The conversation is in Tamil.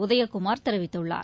உதயகுமார் தெரிவித்துள்ளார்